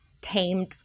tamed